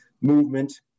movement